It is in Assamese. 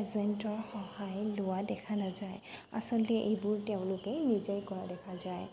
এজেণ্টৰ সহায় লোৱা দেখা নাযায় আচলতে এইবোৰ তেওঁলোকেই নিজেই কৰা দেখা যায়